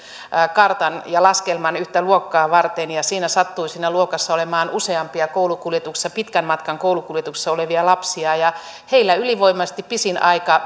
kartan ja laskelman yhtä luokkaa varten siinä luokassa sattui olemaan useampia pitkän matkan koulukuljetuksessa olevia lapsia ja heillä ylivoimaisesti pisin aika